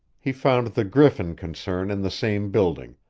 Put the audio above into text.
he found the griffin concern in the same building,